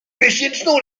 miesięczną